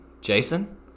Jason